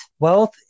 Wealth